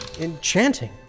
Enchanting